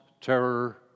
terror